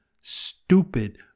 stupid